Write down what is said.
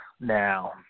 Now